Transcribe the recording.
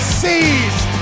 seized